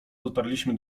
dotarliśmy